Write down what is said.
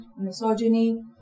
misogyny